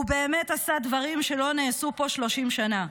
הוא באמת עשה דברים שלא נעשו פה 30 שנה.